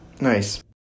Nice